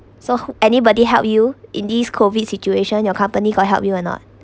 so anybody help you in this COVID situation your company got help you or not